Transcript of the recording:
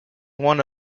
one